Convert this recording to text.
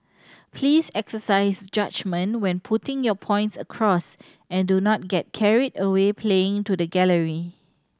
please exercise judgement when putting your points across and do not get carried away playing to the gallery